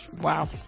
wow